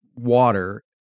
water